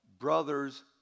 brothers